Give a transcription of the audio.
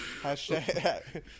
Hashtag